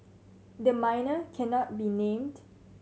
the minor cannot be named